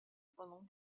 pendant